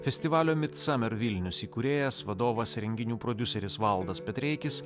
festivalio midsummer vilnius įkūrėjas vadovas renginių prodiuseris valdas petreikis